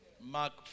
Mark